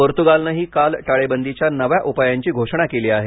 पोर्तुगालनेही काल टाळेबंदीच्या नव्या उपायांची घोषणा केली आहे